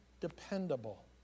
dependable